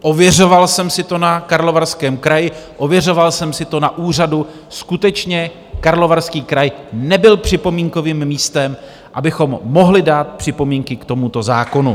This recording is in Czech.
Ověřoval jsem si to na Karlovarském kraji, ověřoval jsem si to na úřadu, skutečně, Karlovarský kraj nebyl připomínkovým místem, abychom mohli dát připomínky k tomuto zákonu.